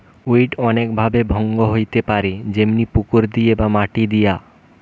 weed অনেক ভাবে ভঙ্গ হইতে পারে যেমনি পুকুর দিয়ে বা মাটি দিয়া